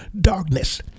darkness